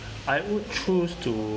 I would choose to